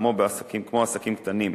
כמו עסקים קטנים.